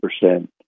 percent